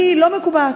אני לא מקובעת.